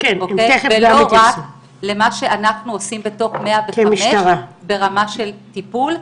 לא רק למה שאנחנו עושים בתוך 105 ברמה של טיפול.